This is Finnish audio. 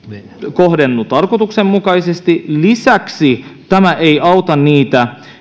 kohdennu tarkoituksenmukaisesti lisäksi tämä ei auta niitä